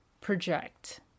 project